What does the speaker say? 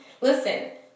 Listen